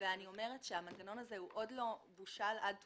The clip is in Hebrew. ואני אומרת שהמנגנון הזה עוד לא בושל עד תומו,